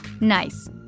Nice